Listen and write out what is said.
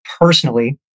personally